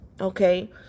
okay